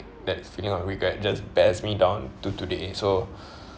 that feeling of regret just bears me down to today so